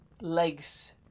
legs